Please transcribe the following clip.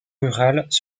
rurales